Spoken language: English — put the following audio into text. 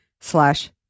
slash